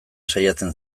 saiatzen